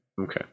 Okay